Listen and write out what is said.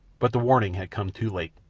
but the warning had come too late.